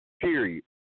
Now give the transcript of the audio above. Period